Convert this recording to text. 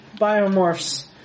biomorphs